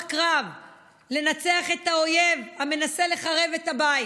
קרב לנצח את האויב המנסה לחרב את הבית.